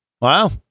Wow